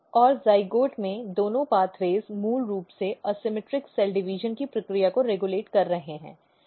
और जाइगोट में दोनों पेथ्वे मूल रूप से असममित कोशिका विभाजन की प्रक्रिया को रेगुलेट कर रहे हैं